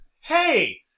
hey